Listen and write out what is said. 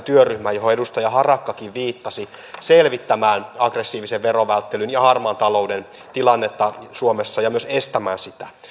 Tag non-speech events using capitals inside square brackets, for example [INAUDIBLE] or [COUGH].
[UNINTELLIGIBLE] työryhmä johon edustaja harakkakin viittasi selvittämään aggressiivisen verovälttelyn ja harmaan talouden tilannetta suomessa ja myös estämään sitä